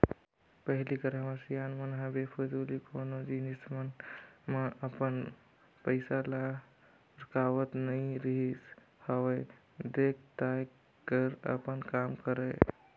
पहिली कर हमर सियान मन ह बेफिजूल कोनो जिनिस मन म अपन पइसा ल उरकावत नइ रिहिस हवय देख ताएक कर अपन काम करय